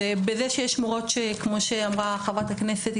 בזה שיש מורות כמו שהתייחסה לזה חברת הכנסת,